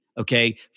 okay